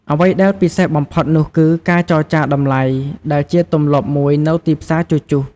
អ្វីដែលពិសេសបំផុតនោះគឺ ការចរចា តម្លៃ ដែលជាទម្លាប់មួយនៅផ្សារជជុះ។